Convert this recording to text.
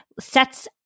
sets